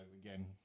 again